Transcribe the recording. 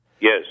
Yes